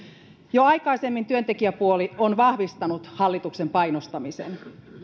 jo aikaisemmin työntekijäpuoli on vahvistanut hallituksen painostamisen